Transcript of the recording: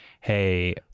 hey